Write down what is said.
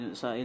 sa